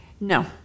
no